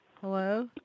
Hello